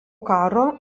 karo